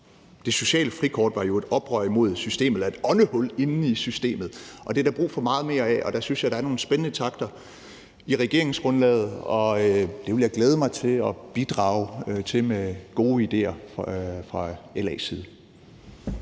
Det sociale frikort var jo et oprør imod systemet eller et åndehul inde i systemet, og det er der brug for meget mere af, og der synes jeg, at der er nogle spændende takter i regeringsgrundlaget, og det vil jeg glæde mig til at bidrage til med gode idéer fra LA's side.